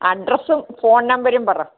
അഡ്രസ്സും ഫോൺ നമ്പരും പറ